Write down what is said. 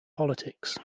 politics